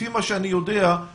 לפי מה שאני יודע,